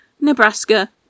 Nebraska